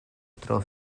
tro